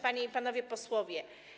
Panie i Panowie Posłowie!